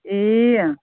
ए अँ